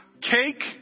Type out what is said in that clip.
cake